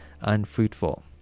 unfruitful